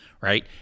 right